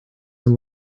can